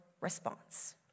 response